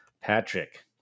Patrick